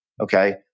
okay